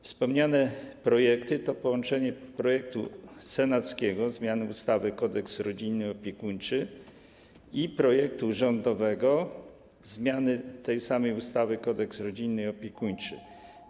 Wspomniane projekty to połączenie projektu senackiego zmiany ustawy Kodeks rodzinny i opiekuńczy i projektu rządowego zmiany tej samej ustawy Kodeks rodzinny i opiekuńczy.